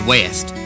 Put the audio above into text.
West